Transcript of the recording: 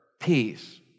peace